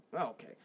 Okay